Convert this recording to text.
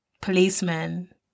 policeman